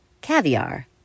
Caviar